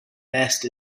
best